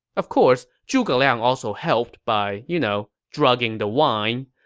of course, zhuge liang also helped by, you know, drugging the wine.